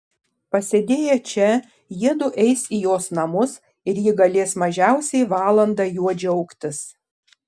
pasėdėję čia jiedu eis į jos namus ir ji galės mažiausiai valandą juo džiaugtis